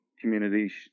communities